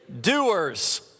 Doers